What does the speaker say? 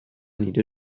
need